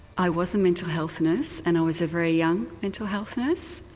i was a mental health nurse and i was a very young mental health nurse.